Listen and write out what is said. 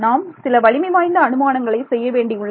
நாம் சில வலிமை வாய்ந்த அனுமானங்களை செய்ய வேண்டியுள்ளது